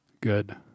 Good